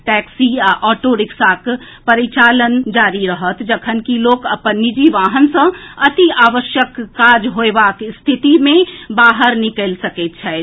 taxi आ auto रिक्शाक परिचालन जारी रहत जखन कि लोक अपन निजी वाहन सँ अति आवश्यक काज होएबाक स्थिति मे बाहर निकलि सकैत छथि